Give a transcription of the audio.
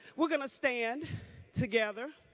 we're going to stand together,